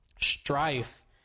strife